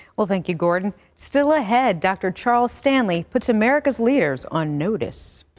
well, thank you, gordon. still ahead, dr. charles stanley puts america's leaders on notice.